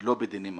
ולא בדיני ממונות.